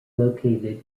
located